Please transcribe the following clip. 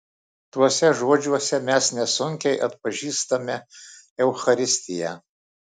tuose žodžiuose mes nesunkiai atpažįstame eucharistiją